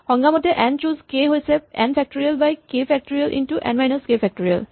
সংজ্ঞামতে n choose k হৈছে n factorial by k factorial into n minus k factorial